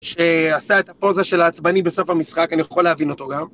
שעשה את הפוזה של העצבני בסוף המשחק, אני יכול להבין אותו גם.